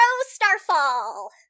Starfall